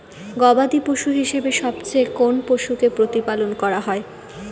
গবাদী পশু হিসেবে সবচেয়ে কোন পশুকে প্রতিপালন করা হয়?